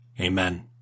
Amen